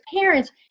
parents